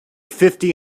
fifty